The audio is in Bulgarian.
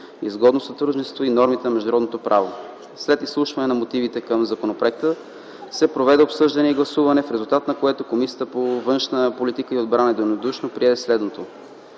сътрудничество и на нормите на международното право. След изслушването на мотивите към законопроекта се проведе обсъждане и гласуване, в резултат на което Комисията по външна политика и отбрана единодушно прие следното